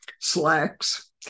slacks